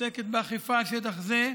עוסקת באכיפה בשטח זה.